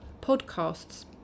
podcasts